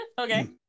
Okay